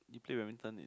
do you play badminton in